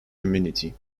community